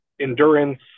endurance